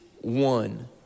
one